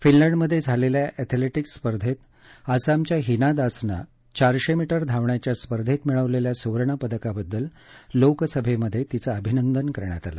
फिनलंडमध्ये झालेल्या एथलेटिक्स स्पर्धेत आसामच्या हीना दासनं चारशे मीटर धावण्याच्या स्पर्धेत मिळवलेल्या सुवर्णपदकाबद्दल लोकसभेमध्ये तिचं अभिनंदन करण्यात आलं